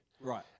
Right